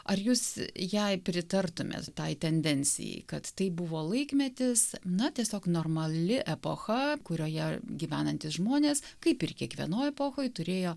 ar jūs jai pritartumėt tai tendencijai kad tai buvo laikmetis na tiesiog normali epocha kurioje gyvenantys žmonės kaip ir kiekvienoj epochoj turėjo